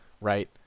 right